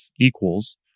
equals